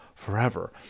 Forever